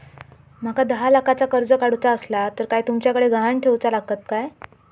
माका दहा लाखाचा कर्ज काढूचा असला तर काय तुमच्याकडे ग्हाण ठेवूचा लागात काय?